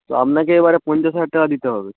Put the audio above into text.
তো আপনাকে এবারে পঞ্চাশ হাজার টাকা দিতে হবে